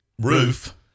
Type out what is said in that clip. roof